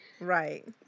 Right